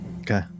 Okay